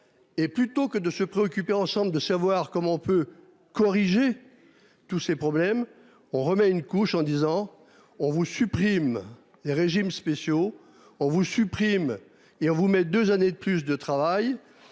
Et plutôt que de se préoccuper en chambre de savoir comment on peut corriger. Tous ces problèmes, on remet une couche en disant on vous supprime les régimes spéciaux, on vous supprime et on vous met 2 années de plus de travail et.